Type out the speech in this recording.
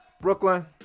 Brooklyn